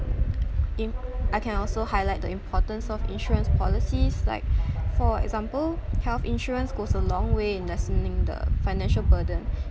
im~ I can also highlight the importance of insurance policies like for example health insurance goes a long way in lessening the financial burden